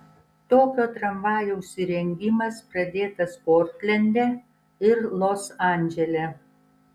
tokio tramvajaus įrengimas pradėtas portlende ir los andžele